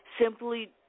simply